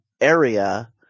Area